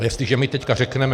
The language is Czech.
A jestliže my teď řekneme